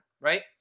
right